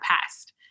past